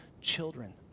children